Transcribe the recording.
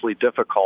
difficult